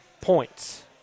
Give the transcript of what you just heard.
points